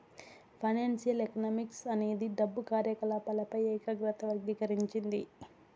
financial economics అనేది డబ్బు కార్యకాలపాలపై ఏకాగ్రత వర్గీకరించింది